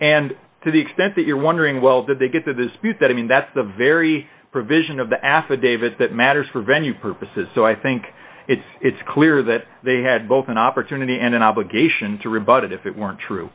and to the extent that you're wondering well did they get that is that i mean that's the very provision of the affidavit that matters for venue purposes so i think it's clear that they had both an opportunity and an obligation to rebut it if it weren't true